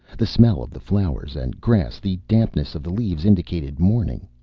the smell of the flowers and grass, the dampness of the leaves, indicated morning.